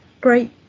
Great